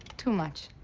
too much.